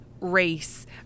race